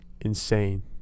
insane